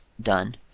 done